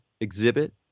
exhibit